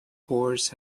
horse